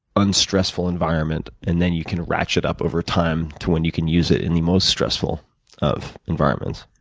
unstressful environment and then you can ratchet up over time to when you can use it in the most stressful of environments.